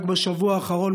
רק בשבוע האחרון,